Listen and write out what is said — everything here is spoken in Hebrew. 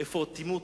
איזו אטימות,